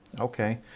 okay